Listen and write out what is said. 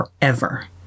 forever